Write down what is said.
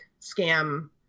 scam